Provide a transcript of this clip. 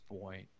point